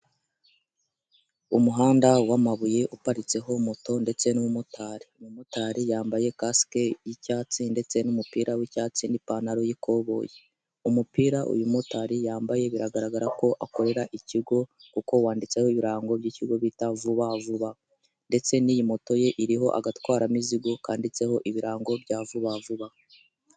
Umuhanda w'amabuye uparitseho moto ndetse n'umumotari. Umumotari yambaye kasike y'icyatsi ndetse n'umupira w'cyatsi ni'ipantaro y'ikoboyi. Umupira uyu mumotari yambaye biragaragara ko akorera ikigo kuko wanditseho ibirango by'ikigo bita vuba vuba ndetse n'iyi moto ye iriho agatwara mizigo kanditseho ibirango bya vuba vuba